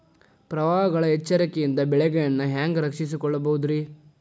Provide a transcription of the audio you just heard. ಪ್ರವಾಹಗಳ ಎಚ್ಚರಿಕೆಯಿಂದ ಬೆಳೆಗಳನ್ನ ಹ್ಯಾಂಗ ರಕ್ಷಿಸಿಕೊಳ್ಳಬಹುದುರೇ?